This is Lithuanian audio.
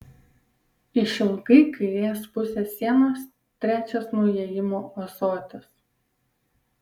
išilgai kairės pusės sienos trečias nuo įėjimo ąsotis